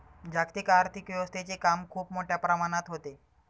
जागतिक आर्थिक व्यवस्थेचे काम खूप मोठ्या प्रमाणात होते